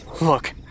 Look